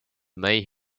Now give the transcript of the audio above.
may